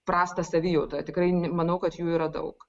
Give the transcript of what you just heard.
prastą savijautą tikrai manau kad jų yra daug